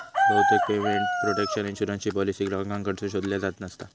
बहुतेक payment protection insurance policy ग्राहकांकडसून शोधल्यो जात नसता